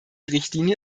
richtlinie